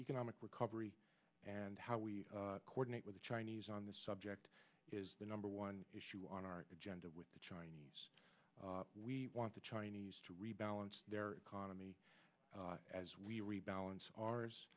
economic recovery and how we coordinate with the chinese on this subject is the number one issue on our agenda with the chinese we want the chinese to rebalance their economy as we rebalance ours